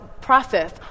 process